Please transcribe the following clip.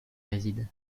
réside